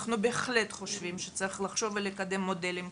אנחנו בהחלט חושבים שצריך לחשוב ולקדם מודלים כאלה,